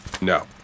No